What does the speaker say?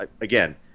again